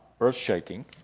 earth-shaking